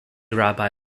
rabbi